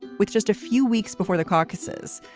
with just a few weeks before the caucuses.